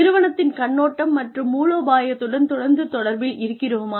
நிறுவனத்தின் கண்ணோட்டம் மற்றும் மூலோபாயத்துடன் தொடர்ந்து தொடர்பில் இருக்கிறோமா